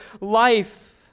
life